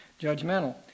judgmental